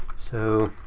so